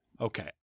Okay